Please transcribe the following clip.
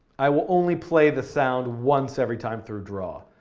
i will only play the sound once every time through draw.